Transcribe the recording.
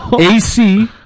AC